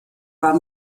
war